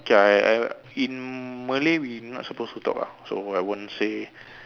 K lah in Malay we not suppose to talk ah so I won't say